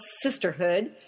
Sisterhood